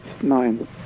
nine